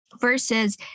versus